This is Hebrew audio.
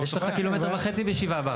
אבל יש לך 1.5 ק"מ ב-7 בר.